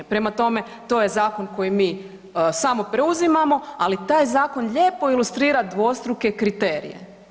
Prema tome, to je zakon koji mi samo preuzimamo, ali taj zakon lijepo ilustrira dvostruke kriterije.